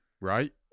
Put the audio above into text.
right